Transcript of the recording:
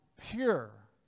pure